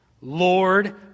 Lord